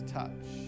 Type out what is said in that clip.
touch